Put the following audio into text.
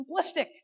simplistic